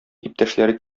иптәшләре